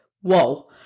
whoa